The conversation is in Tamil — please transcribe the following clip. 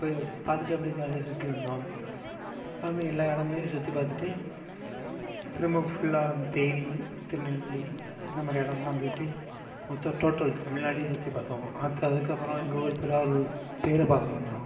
ப பார்த்துட்டு அப்படியே ஜாலியாக சுற்றி வந்தோம் அதமாதிரி எல்லா இடங்களையும் சுற்றி பார்த்துட்டு திரும்ப ஃபுல்லாக வந்து தேனி திருநெல்வேலி இந்த மாதிரி இடங்கள்லாம் போயிவிட்டு மொத்த டோட்டல் தமிழ்நாடே சுற்றி பார்த்தோம் அடுத்து அதுக்கப்புறம் எங்கள் ஊர் திருவாரூர் தேர் பார்க்க வந்தோம்